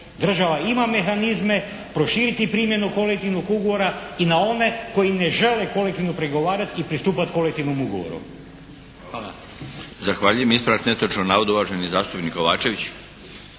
Država ima mehanizme, proširiti primjenu kolektivnog ugovora i na one koji ne žele kolektivno pregovarat i pristupat kolektivnom ugovoru. Hvala. **Milinović, Darko (HDZ)** Zahvaljujem. Ispravak netočnog navoda, uvaženi zastupnik Kovačević.